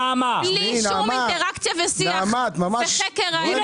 אם הכנסת הופכת להיות- -- בלי שום אינטראקציה ושיח וחקר האמת